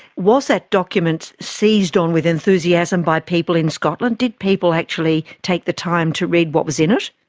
was that document seized on with enthusiasm by people in scotland? did people actually take the time to read what was in it?